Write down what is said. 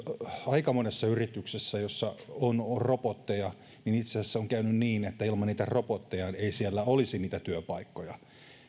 aika monessa yrityksessä jossa on on robotteja niin itse asiassa olen huomannut käyneen niin että ilman niitä robotteja ei siellä olisi niitä työpaikkoja eli